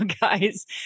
guys